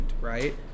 right